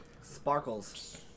Sparkles